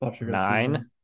nine